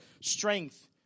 strength